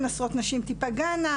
עשרות נשים תיפגענה,